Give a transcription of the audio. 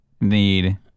need